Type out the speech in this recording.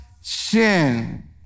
sin